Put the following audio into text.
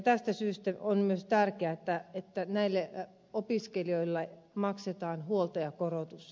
tästä syystä on myös tärkeää että näille opiskelijoille maksetaan huoltajakorotus